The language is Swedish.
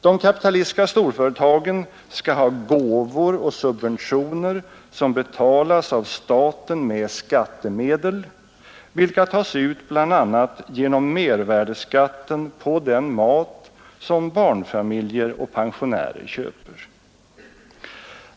De kapitalistiska storföretagen skall ha gåvor och subventioner som betalas av staten med skattemedel, vilka tas ut bl.a. genom mervärdeskatten på den mat som barnfamiljer och pensionärer köper.